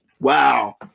Wow